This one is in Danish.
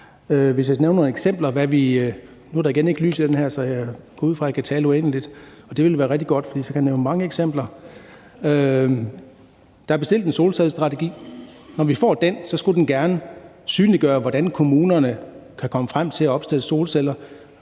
Der er bestilt en solcellestrategi, og når vi får den, skulle den gerne synliggøre, hvordan kommunerne kan komme frem til at opstille solceller.